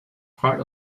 part